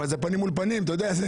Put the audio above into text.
אבל זה פנים אל פנים -- לא,